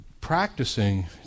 practicing